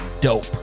dope